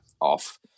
off